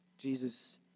Jesus